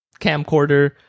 camcorder